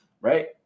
right